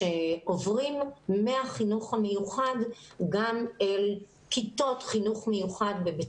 שעוברים מהחינוך המיוחד גם אל כיתות חינוך מיוחד בבית